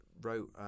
wrote